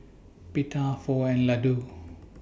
Pita Pho and Ladoo